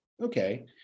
Okay